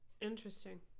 interesting